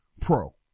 pro